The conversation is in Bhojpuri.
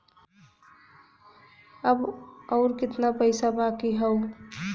अब अउर कितना पईसा बाकी हव?